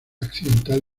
accidental